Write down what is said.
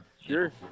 Sure